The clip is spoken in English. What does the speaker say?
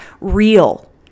real